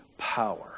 power